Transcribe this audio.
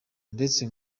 ndetse